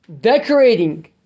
decorating